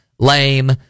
Lame